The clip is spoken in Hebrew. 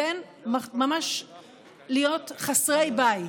להיות ממש חסרי בית.